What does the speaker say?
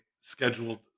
scheduled